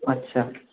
आदसा